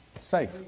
safe